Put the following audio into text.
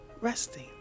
Resting